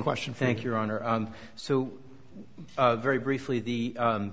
question thank your honor so very briefly the